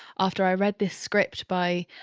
after i read this script by.